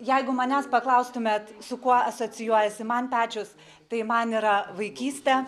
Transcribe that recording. jeigu manęs paklaustumėt su kuo asocijuojasi man pečius tai man yra vaikyste